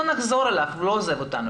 אנחנו נחזור אליו, הוא לא עוזב אותנו.